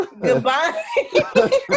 Goodbye